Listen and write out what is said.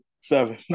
Seven